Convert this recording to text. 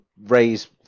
raise